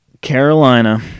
Carolina